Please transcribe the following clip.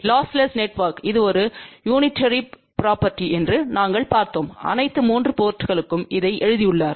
lossless நெட்வொர்க்கிற்கு இது ஒரு யூனிடேரி ப்ரொபேர்ட்டி என்று நாங்கள் பார்த்தோம் அனைத்து 3 போர்ட்ங்களுக்கும் இதை எழுதியுள்ளார்